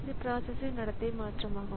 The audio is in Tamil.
இது பிராசஸ்ன் நடத்தை மாற்றமாகும்